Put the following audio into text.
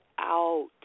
out